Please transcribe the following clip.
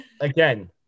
again